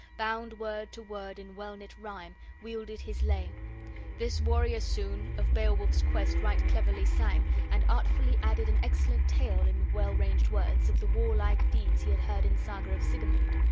bound word to word in well-knit rime, welded his lay this warrior soon of beowulf's quest right cleverly sang, and artfully added an excellent tale, in well-ranged words, of the warlike deeds he had heard in saga of sigemund.